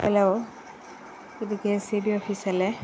hello ഇത് K S E B ഓഫീസല്ലേ